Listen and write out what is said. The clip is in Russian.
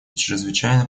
чрезвычайно